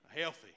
healthy